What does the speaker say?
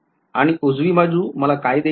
आणि उजवी बाजू मला काय देईल